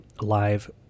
live